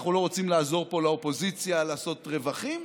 אנחנו לא רוצים לעזור פה לאופוזיציה לעשות רווחים,